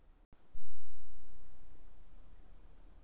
गेहूं के खेती के लगभग पंचानवे प्रतिशत क्षेत्र सींचल हई